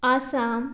Assam